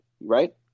right